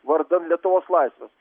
vardan lietuvos laisvės